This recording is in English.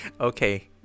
okay